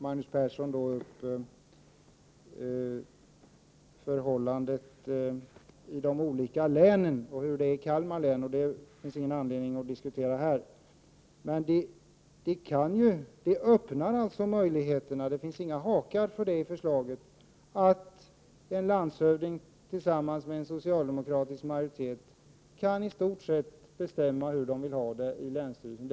Magnus Persson tog upp förhållandena i de olika länen, främst i Kalmar län. Det finns inte någon anledning att diskutera det här. Det finns inga hakar i förslaget som utestänger möjligheten att en landshövding tillsammans med en socialdemokratisk majoritet i stort sett kan bestämma hur det skall se ut i länsstyrelsen.